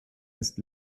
ist